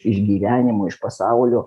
iš gyvenimo iš pasaulio